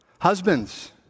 Husbands